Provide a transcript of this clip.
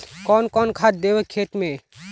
कौन कौन खाद देवे खेत में?